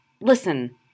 Listen